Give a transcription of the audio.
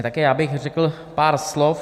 Také já bych řekl pár slov.